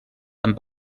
amb